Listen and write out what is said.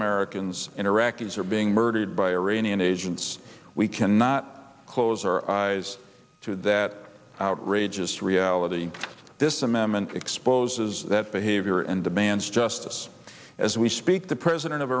americans and iraqis are being murdered by iranian agents we cannot close our eyes to that outrageous reality this amendment exposes that behavior and demands justice as we speak the president of